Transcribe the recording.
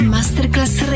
Masterclass